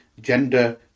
gender